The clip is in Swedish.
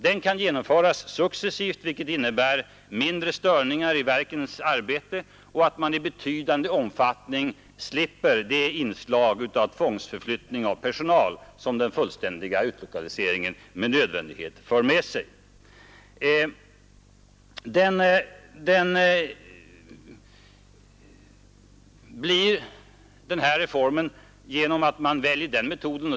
Den kan genomföras successivt, vilket innebär mindre störningar i verkens arbete och att man i betydande omfattning slipper det inslag av tvångsförflyttning av personal som den fullständiga utlokaliseringen meu nödvändighet medför. Reformen blir billigare än en utlokalisering.